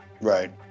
Right